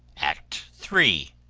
act three.